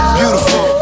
beautiful